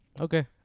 Okay